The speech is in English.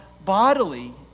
bodily